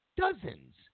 dozens